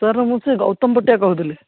sir ମୁଁ ସେ ଗୌତମ ପଟିଆ କହୁଥିଲି